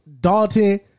Dalton